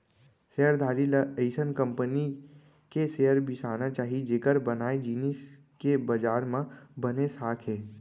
share धारी ल अइसन कंपनी के शेयर बिसाना चाही जेकर बनाए जिनिस के बजार म बने साख हे